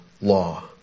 law